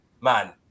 Man